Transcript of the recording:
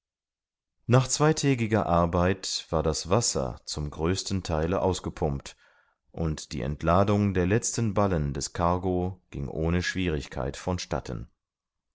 nach zweitägiger arbeit war das wasser zum größten theile ausgepumpt und die entladung der letzten ballen des cargo ging ohne schwierigkeit von statten